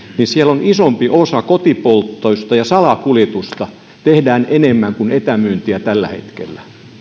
niin siellä on isompi osa kotipolttoista ja salakuljetusta tehdään enemmän kuin etämyyntiä tällä hetkellä